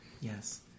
Yes